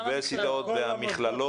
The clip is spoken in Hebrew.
האוניברסיטאות והמכללות.